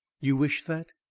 you wish that?